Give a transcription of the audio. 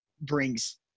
brings